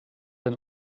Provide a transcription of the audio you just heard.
ein